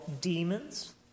demons